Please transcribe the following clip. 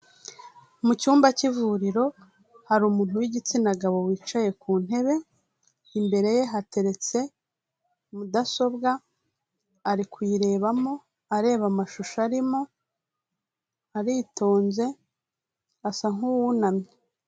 Mu cyumba cy'ivuriro hari umuntu w'igitsina gabo wicaye ku ntebe, imbere ye hateretse mudasobwa ari kuyirebamo areba amashusho arimo aritonze asa nk'uwunamye.